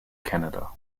canada